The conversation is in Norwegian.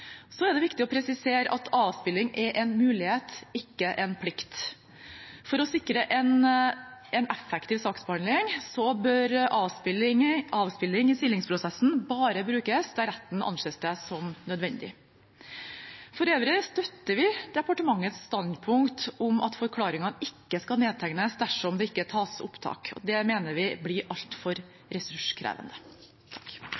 er viktig å presisere at avspilling er en mulighet, ikke en plikt. For å sikre en effektiv saksbehandling bør avspilling i silingsprosessen bare brukes der retten anser det som nødvendig. For øvrig støtter vi departementets standpunkt om at forklaringer ikke skal nedtegnes dersom det ikke tas opptak. Det mener vi blir altfor